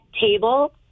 table